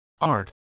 art